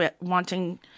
wanting